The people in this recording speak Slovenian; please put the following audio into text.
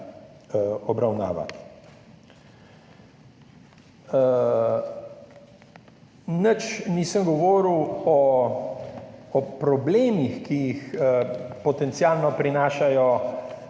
obravnavati. Nič nisem govoril o problemih, ki jih potencialno prinašajo